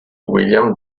william